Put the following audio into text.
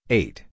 eight